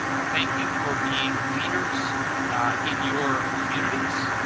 thank you for being leaders in your communities,